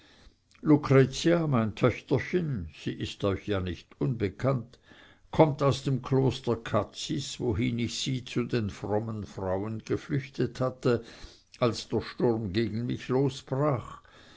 mein töchterchen sie ist euch ja nicht unbekannt kommt aus dem kloster cazis wohin ich sie zu den frommen frauen geflüchtet hatte als der sturm gegen mich losbrach